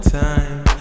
time